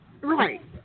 Right